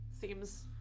seems